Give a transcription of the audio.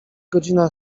godzina